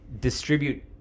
distribute